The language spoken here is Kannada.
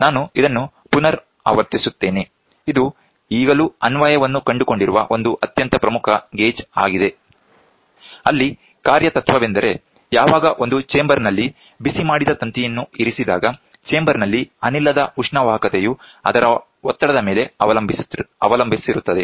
ನಾನು ಇದನ್ನು ಪುನರಾವರ್ತಿಸುತ್ತೇನೆ ಇದು ಈಗಲೂ ಅನ್ವಯವನ್ನು ಕಂಡುಕೊಂಡಿರುವ ಒಂದು ಅತ್ಯಂತ ಪ್ರಮುಖ ಗೇಜ್ ಆಗಿದೆ ಅಲ್ಲಿ ಕಾರ್ಯತತ್ವವೆಂದರೆ ಯಾವಾಗ ಒಂದು ಚೇಂಬರ್ ನಲ್ಲಿ ಬಿಸಿಮಾಡಿದ ತಂತಿಯನ್ನು ಇರಿಸಿದಾಗ ಚೇಂಬರ್ ನಲ್ಲಿ ಅನಿಲದ ಉಷ್ಣವಾಹಕತೆಯು ಅದರ ಒತ್ತಡದ ಮೇಲೆ ಅವಲಂಬಿಸಿರುತ್ತದೆ